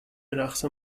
رقص